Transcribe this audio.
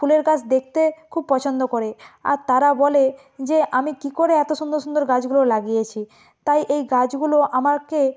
ফুলের গাছ দেখতে খুব পছন্দ করে আর তারা বলে যে আমি কী করে এত সুন্দর সুন্দর গাছগুলো লাগিয়েছি তাই এই গাছগুলোও আমাকে